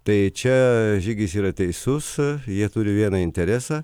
tai čia žygis yra teisus jie turi vieną interesą